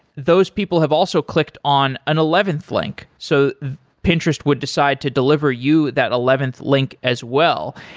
those people have also clicked on an eleventh link. so pinterest would decide to deliver you that eleventh link as well.